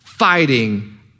fighting